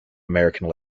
american